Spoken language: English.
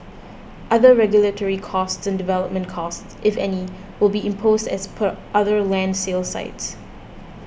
other regulatory costs and development costs if any will be imposed as per other land sales sites